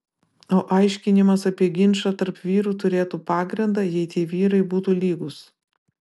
o aiškinimas apie ginčą tarp vyrų turėtų pagrindą jei tie vyrai būtų lygūs